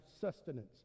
sustenance